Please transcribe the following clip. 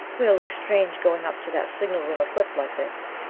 we'll look strange going up to that signal room equipped like this.